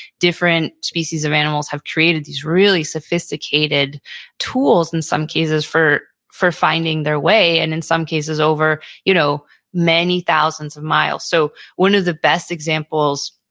different species of animals have created these really sophisticated tools in some cases for for finding their way, and in some cases over you know many thousands of miles. so one of the best examples,